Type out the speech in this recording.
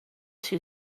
too